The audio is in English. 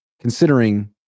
Considering